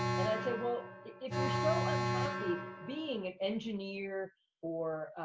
and i'd say, well, if you're so unhappy being an engineer or,